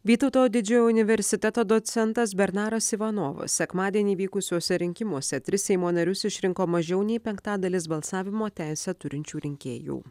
vytauto didžiojo universiteto docentas bernaras ivanovas sekmadienį vykusiuose rinkimuose tris seimo narius išrinko mažiau nei penktadalis balsavimo teisę turinčių rinkėjų